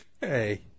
Hey